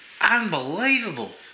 Unbelievable